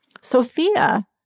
Sophia